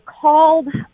called